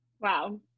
Wow